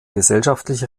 gesellschaftliche